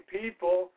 people